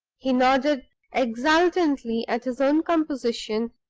he nodded exultantly at his own composition,